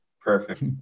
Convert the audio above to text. Perfect